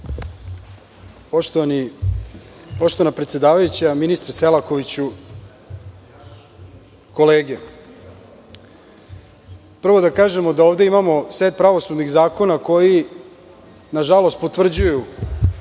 Poštovana predsedavajuća, ministre Selakoviću, kolege, prvo da kažemo da ovde imamo set pravosudnih zakona koji, nažalost, potvrđuju